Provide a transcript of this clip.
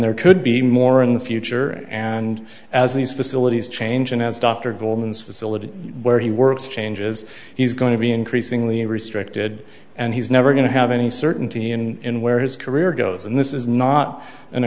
there could be more in the future and as these facilities change and as dr goldman's facility where he works changes he's going to be increasingly restricted and he's never going to have any certainty in where his career goes and this is not an